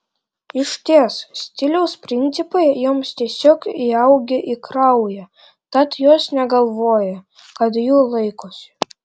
išties stiliaus principai joms tiesiog įaugę į kraują tad jos negalvoja kad jų laikosi